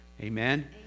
Amen